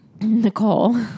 Nicole